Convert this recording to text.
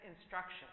instruction